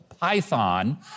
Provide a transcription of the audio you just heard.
python